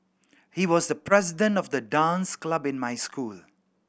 he was the president of the dance club in my school